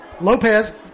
Lopez